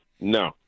No